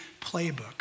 playbook